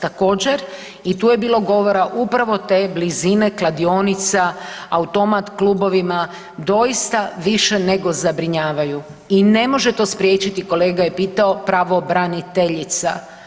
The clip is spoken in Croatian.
Također i tu je bilo govora upravo te blizine kladionica, automat klubovima doista više nego zabrinjavaju i ne može to spriječiti kolega je pitao pravobraniteljica.